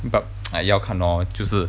but like 要看 lor 就是